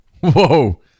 whoa